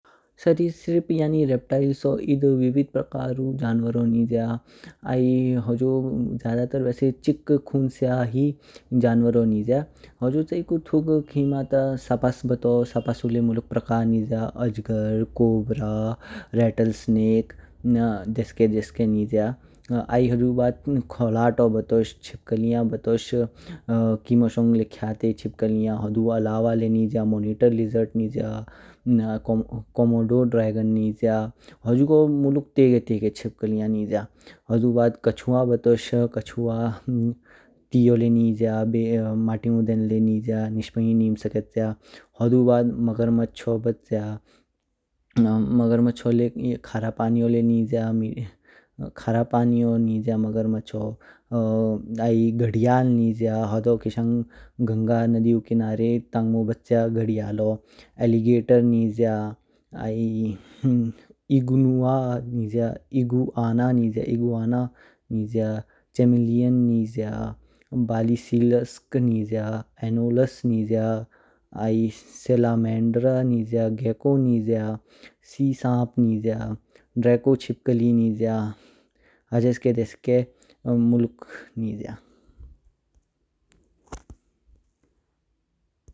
सदिसरिप्त यानी रेप-तैलो एध विविध प्रकारु जनवारो निज्या। होजो ज्यादा त्र्र वैसे चिक्ख खुन स्य जनवारो निज्या। होजो च्यिकु तुग खिमा ताआ सापस बताओ, सापसु ल्य मुलुक प्रकारु निज्या अजगर, कोबरा, रेटल सनेक देस्के जेसेके निज्या। आई हुजु बाद छलतो बतोष, चिपकली बतोष किमो खाते चिपकलियान हूद अलावा ल्य निक्या मोनिटर लिजर्ड निज्या, कोमोडो ड्रैगोन निज्या हुजुगू मुलुक तेगे तेगे हिपकिलियन निज्या। हूद बाद कछुआ बतोष, कछुआ ते ओ ल्य निज्या, बे मतियु देन लय निज्या, निश पांग ही निम सकेच्या। हूद बाद मगर मछो बच्या, मगर मच्छो खरा पानियो लय निज्या खरा पानियो निय्या मच्छो। आई गड़ियाल निज्या होदो किशानग गंगा नदी उ किनारे तंगमो बच्या गढियाल ऊ। एलिगेटर निज्या आई एगुआ एगुआना निज्या, चेमिलयन निज्या, बालिसीलुस्क निज्या। अनोलास निज्या, आई सेलम्येंद्र निज्या ल, गेको निज्या, सी साप निज्या, चिपकली निज्या। हेस्के देस्के मुलुक निज्या।